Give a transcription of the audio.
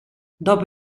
dopo